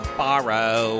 borrow